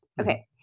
Okay